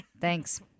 Thanks